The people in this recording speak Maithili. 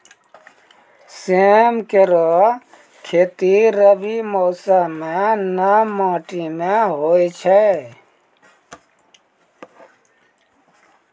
सेम केरो खेती रबी मौसम म नम माटी में होय छै